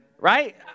Right